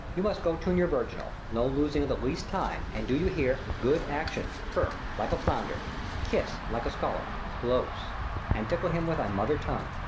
you must go tune your virginal, no losing o' the least time and, do you hear? good action. firk, like a flounder kiss, like a scallop, close and tickle him with thy mother tongue.